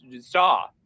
saw